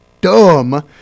dumb